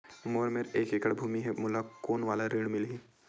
मोर मेर एक एकड़ भुमि हे मोला कोन वाला ऋण मिलही?